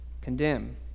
condemn